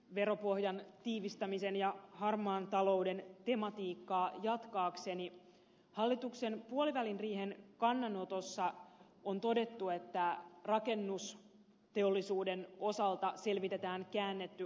veropohjan tiivistämisen ja harmaan talouden tematiikkaa jatkaakseni hallituksen puolivälinriihen kannanotossa on todettu että rakennusteollisuuden osalta selvitetään käännetty arvonlisäverojärjestelmä